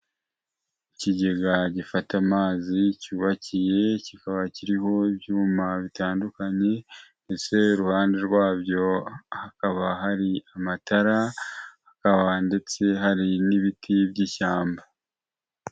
Ikigega gifata amazi cyubakiye kikaba kiriho ibyuma bitandukanye ndetse iruhande rwabyo hakaba hari amatara hakaba ndetse hari n'ibiti by'ishyamba.